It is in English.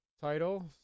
title